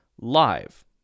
live